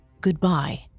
Goodbye